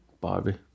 Barbie